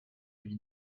lui